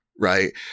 right